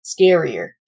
scarier